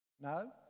No